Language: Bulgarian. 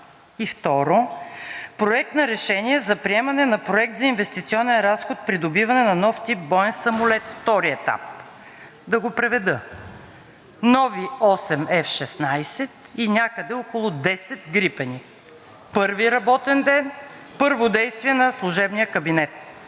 и второ, Проект на решение за приемане на Проект за инвестиционен разход „Придобиване на нов тип боен самолет“ – втори етап. Да го преведа: нови осем F-16 и някъде около 10 грипена. Първи работен ден, първо действие на служебния кабинет!